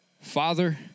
Father